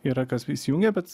yra kas įsijungia bet